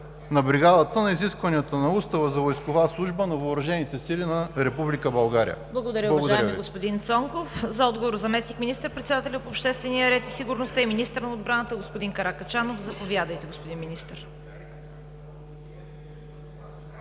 на бригадата на изискванията на Устава за войскова служба на Въоръжените сили на Република България? Благодаря Ви.